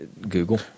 Google